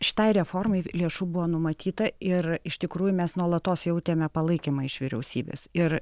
šitai reformai lėšų buvo numatyta ir iš tikrųjų mes nuolatos jautėme palaikymą iš vyriausybės ir